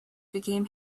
became